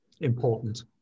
important